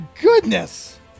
goodness